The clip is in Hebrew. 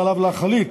ועליו להחליט